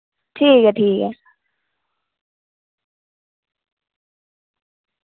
ठीक ऐ ठीक ऐ